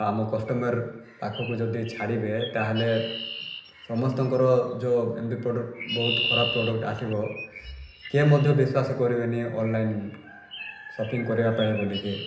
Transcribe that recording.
ଆମ କଷ୍ଟମର୍ ପାଖକୁ ଯଦି ଛାଡ଼ିବେ ତାହେଲେ ସମସ୍ତଙ୍କର ଯେଉଁ ଏମିତି ପ୍ରଡ଼କ୍ଟ ବହୁତ ଖରାପ ପ୍ରଡ଼କ୍ଟ ଆସିବ କିଏ ମଧ୍ୟ ବିଶ୍ୱାସ କରିବେନି ଅନଲାଇନ୍ ସପିଙ୍ଗ୍ କରିବାପାଇଁ ବୋଲିକି